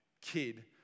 kid